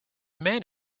man